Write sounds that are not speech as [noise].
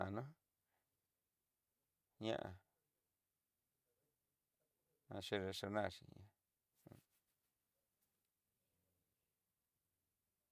Ana ña'a aché nriaxionar xhí. [hesitation]